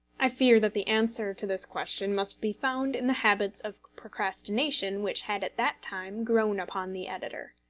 i fear that the answer to this question must be found in the habits of procrastination which had at that time grown upon the editor.